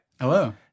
Hello